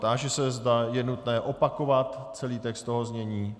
Táži se, zda je nutné opakovat celý text toho znění.